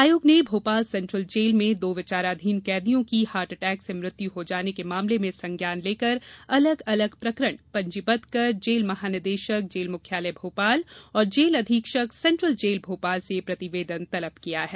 आयोग ने Bhopal central jail में दो विचाराधीन कैदियों की हार्ट अटैक से मृत्यु हो जाने के मामले में संज्ञान लेकर अलग अलग प्रकरण पंजीबद्ध कर जेल महानिदेशक जेल मुख्यालय भोपाल और जेल अधीक्षक सेंट्रल जेल भोपाल से प्रतिवेदन तलब किया है